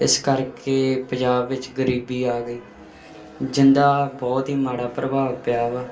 ਇਸ ਕਰਕੇ ਪੰਜਾਬ ਵਿੱਚ ਗਰੀਬੀ ਆ ਗਈ ਜਿਹਦਾ ਬਹੁਤ ਹੀ ਮਾੜਾ ਪ੍ਰਭਾਵ ਪਿਆ ਵਾ